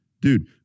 Dude